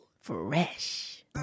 Fresh